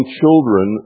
children